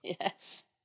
Yes